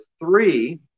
three